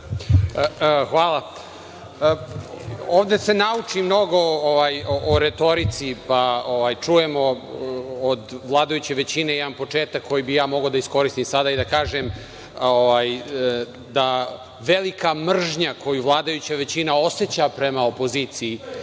Hvala. Ovde se nauči mnogo o retorici, pa čujemo od vladajuće većine jedan početak koji bih ja mogao da iskoristim sada i da kažem da velika mržnja koju vladajuća većina oseća prema opoziciji